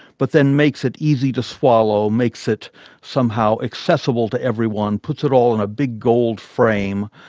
but then makes it easy to swallow, makes it somehow accessible to everyone, puts it all in a big gold frame,